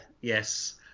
yes